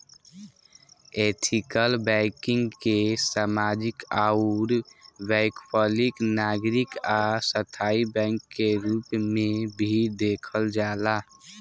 ethical banking के सामाजिक आउर वैकल्पिक नागरिक आ स्थाई बैंक के रूप में भी देखल जाला